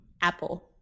apple